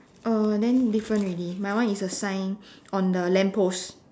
uh then different already my one is a sign on the lamp post